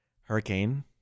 Hurricane